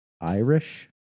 Irish